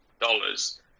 dollars